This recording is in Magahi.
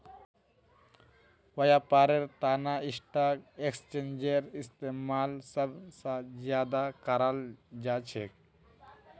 व्यापारेर तना स्टाक एक्स्चेंजेर इस्तेमाल सब स ज्यादा कराल जा छेक